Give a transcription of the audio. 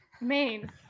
Maine